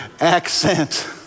Accent